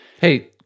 Hey